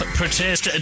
protest